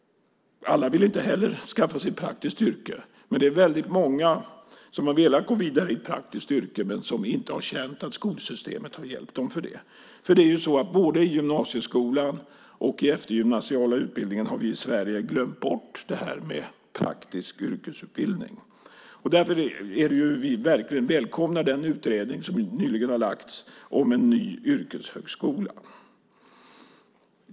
Alla vill inte heller skaffa sig ett praktiskt yrke, men det är väldigt många som har velat gå vidare i ett praktiskt yrke men som inte har känt att skolsystemet har hjälpt dem med det. Både i gymnasieskolan och i den eftergymnasiala utbildningen har vi i Sverige glömt bort det här med praktisk yrkesutbildning. Därför välkomnar vi verkligen den utredning om en ny yrkeshögskola som nyligen har lagts fram.